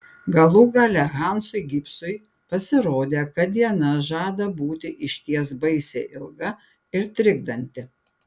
galų gale hansui gibsui pasirodė kad diena žada būti išties baisiai ilga ir trikdanti